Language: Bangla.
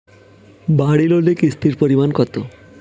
বাড়ি লোনে কিস্তির পরিমাণ কত?